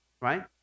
right